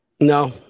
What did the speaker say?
No